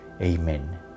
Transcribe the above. Amen